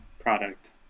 product